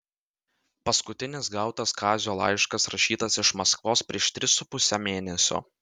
paskutinis gautas kazio laiškas rašytas iš maskvos prieš tris su puse mėnesio